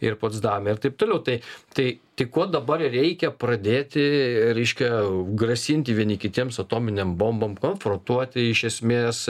ir potsdame ir taip toliau tai tai tai ko dabar reikia pradėti reiškia grasinti vieni kitiems atominėm bombom konfrontuoti iš esmės